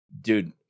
Dude